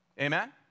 Amen